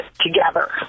together